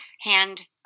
hand